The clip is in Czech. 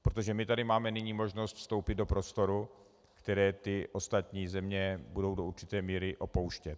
Protože my tady máme nyní možnost vstoupit do prostoru, které ty ostatní země budou do určité míry opouštět.